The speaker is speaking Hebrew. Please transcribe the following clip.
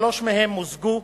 שלוש מהן מוזגו,